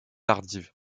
tardive